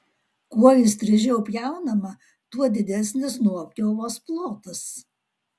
kuo įstrižiau pjaunama tuo didesnis nuopjovos plotas